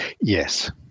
Yes